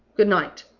good-night.